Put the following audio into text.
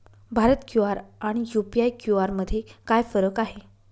Bharat QR आणि UPI QR मध्ये काय फरक आहे?